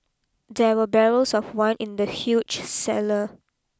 there were barrels of wine in the huge cellar